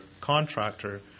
contractor